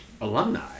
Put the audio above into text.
alumni